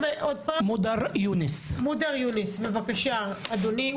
מודר יונס, בבקשה אדוני.